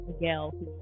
Miguel